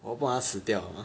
我不懂他死掉了吗